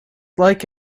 like